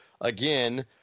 again